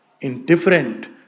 Indifferent